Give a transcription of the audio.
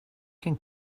can